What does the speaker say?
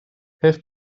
helft